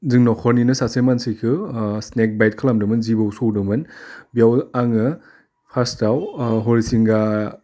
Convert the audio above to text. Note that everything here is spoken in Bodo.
जों नखरनिनो सासे मानसिखौ सिनेक बाइट खालामदोंमोन जिबौ सौदोंमोन बेयावनो आङो फार्स्टआव हरिसिंगा